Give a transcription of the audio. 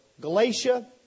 Galatia